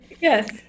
Yes